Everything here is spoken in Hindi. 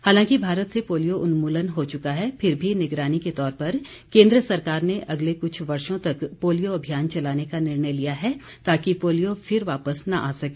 हालांकि भारत से पोलियो उन्मूलन हो चुका है फिर भी निगरानी के तौर पर केन्द्र सरकार ने अगले कुछ वर्षो तक पोलियो अभियान चलाने का निर्णय लिया है ताकि पोलियो फिर वापिस न आ सके